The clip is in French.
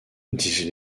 disent